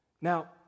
Now